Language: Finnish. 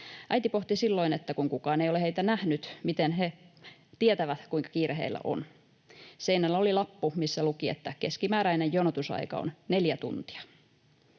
Äiti pohti silloin, että kun kukaan ei ole heitä nähnyt, miten he tietävät, kuinka kiire heillä on. Seinällä oli lappu, missä luki, että keskimääräinen jonotusaika on neljä tuntia.